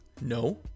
No